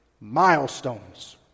milestones